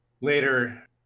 later